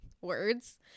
words